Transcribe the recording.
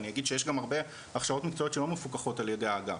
אני אגיד שיש גם הרבה הכשרות מקצועיות שלא מפוקחות על ידי האגף,